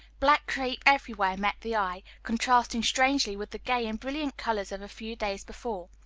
black crape everywhere met the eye, contrasting strangely with the gay and brilliant colors of a few days before.